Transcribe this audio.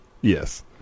Yes